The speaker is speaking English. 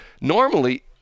normally